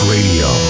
Radio